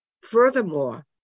Furthermore